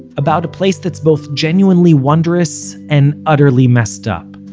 about a place that's both genuinely wondrous and utterly messed up.